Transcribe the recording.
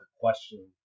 question